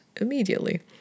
immediately